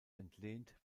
entlehnt